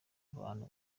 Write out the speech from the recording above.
abantu